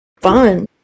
fun